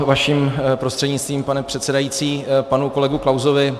Vaším prostřednictvím, pane předsedající, k panu kolegovi Klausovi.